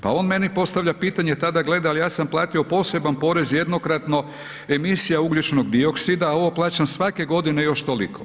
Pa on meni postavlja pitanje tada gle, ali ja sam platio poseban porez jednokratno, emisija ugljičnog dioksida, ovo plaćam svake godine još toliko.